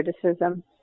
criticism